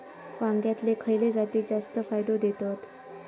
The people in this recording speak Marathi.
वांग्यातले खयले जाती जास्त फायदो देतत?